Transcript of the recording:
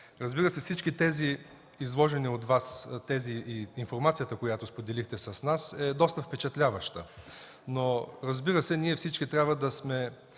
разбира се, всички тези изложени от Вас тези и информацията, която споделихте с нас, е доста впечатляваща. Но, разбира се, всички ние трябва да сме